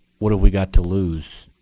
what have we got to lose?